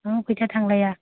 एसेबां फैसा थांलाया